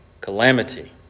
calamity